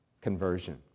conversion